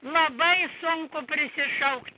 labai sunku prisišaukt